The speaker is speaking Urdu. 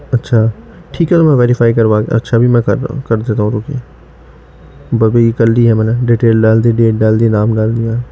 اچھا ٹھیک ہے تو میں ویریفائی کروا کے اچھا ابھی میں کر رہا ہوں کر دیتا ہوں رکیے بس ابھی کر لی ہے میں نے ڈیٹیل ڈال دی ڈیٹ ڈال دی نام ڈال دیا